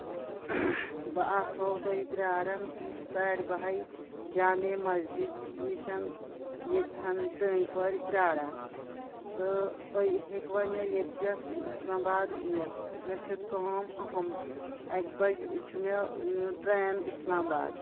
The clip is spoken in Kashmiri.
بہٕ آسہوتۄہہِ پیاران ساڈِ بَہہ جامع مسجد نِش ییٚتھ ٹٲنٛگۍ پورِ پِیاران تہٕ تُہۍ ہٮ۪کوا مےٚ ییتہِ پٮ۪ٹھ اِسلام آباد نِتھ مےٚ چھِ کٲم اَہم اِکہِ بَجہِ چھُ مےٚ ٹرین اِسلام آباد